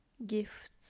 gifts